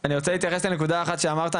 אני רוצה להתייחס לנקודה אחת שאמרת,